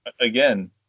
Again